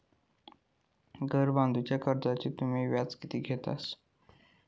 घर बांधूच्या कर्जाचो तुम्ही व्याज किती घेतास?